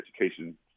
education